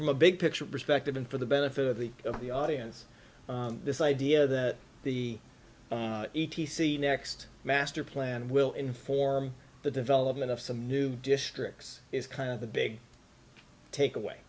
from a big picture perspective and for the benefit of the of the audience this idea that the e t c next master plan will inform the development of some new districts is kind of the big takeaway